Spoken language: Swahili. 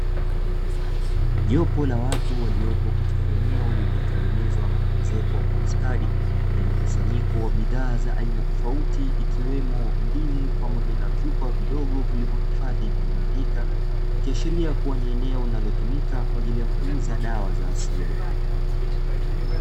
Jopo la watu waliopo katika eneo lililotengenezwa na kuezekwa kwa ustadi, lenye mkusanyiko wa bidhaa za aina tofauti ikiwepo ndimu pamoja na vyupa vidogo vilivyohifadhi vimiminika, ikiashiria kuwa ni eneo linalotumika kwa ajili ya kuuza dawa za asili.